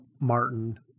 Martin